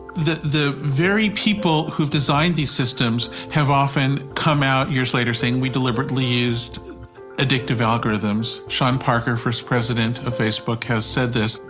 the the very people who have designed these systems have often come out years later saying we deliberately used addictive algorithms. sean parker, first president of facebook has said this.